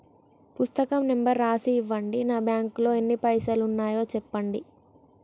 పుస్తకం నెంబరు రాసి ఇవ్వండి? నా బ్యాంకు లో ఎన్ని పైసలు ఉన్నాయో చెప్పండి?